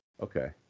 Okay